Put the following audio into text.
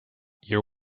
your